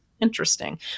Interesting